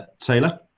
Taylor